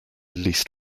least